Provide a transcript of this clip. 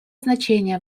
значение